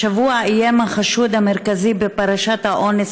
השבוע איים החשוד המרכזי בפרשת האונס